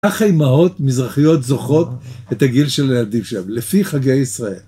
ככה אמהות מזרחיות זוכרות את הגיל של הילדים שלהם, לפי חגי ישראל.